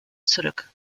zurück